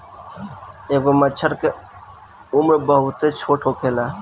एगो मछर के उम्र बहुत छोट होखेला